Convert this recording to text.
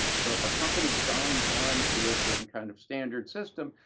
so if a company signs on to a certain kind of standard system,